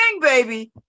baby